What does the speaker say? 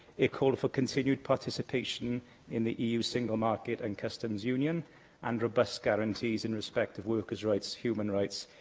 it called for continued participation in the eu single market and customs union and robust guarantees in respect of workers' rights, human rights,